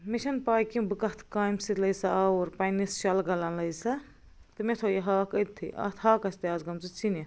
مےٚ چھَنہٕ پَے کیٚنٛہہ بہٕ کَتھ کامہِ سۭتۍ لٔجِس آوُر پَنِس شلگَلن لٔجہٕ سا تہِ مےٚ تھُوٛو یہِ ہاکھ أتتھٕے اَتھ ہاکَس تہِ آسہٕ گمژٕ ژٕنہِ